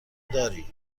درای